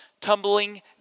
tumbling